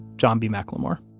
john b. mclemore.